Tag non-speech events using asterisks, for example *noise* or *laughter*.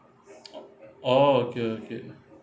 *noise* oh okay okay